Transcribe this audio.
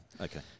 Okay